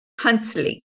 Huntsley